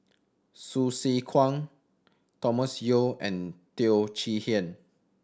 Hsu Tse Kwang Thomas Yeo and Teo Chee Hean